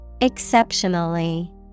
Exceptionally